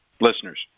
listeners